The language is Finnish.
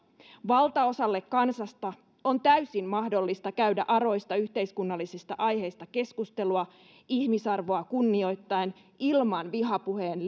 valtaosalle kansasta on täysin mahdollista käydä aroista yhteiskunnallisista aiheista keskustelua ihmisarvoa kunnioittaen ilman vihapuheen